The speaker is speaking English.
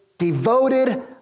Devoted